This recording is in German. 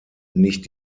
nicht